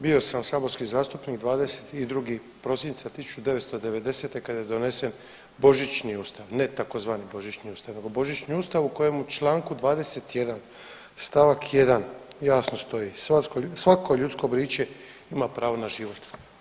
Bio sam saborski zastupnik 22. prosinca 1990. kada je bio donesen Božićni Ustav, ne tzv. Božićni Ustav, nego Božićni Ustav u kojem u čl. 21 st. 1 jasno stoji, svako ljudsko biće ima pravo na život.